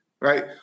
Right